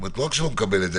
לא רק שאני לא מקבל את זה,